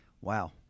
Wow